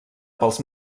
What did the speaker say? pels